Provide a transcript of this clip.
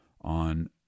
on